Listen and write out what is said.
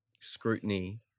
scrutiny